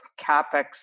CapEx